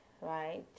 right